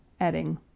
adding